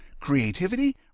Creativity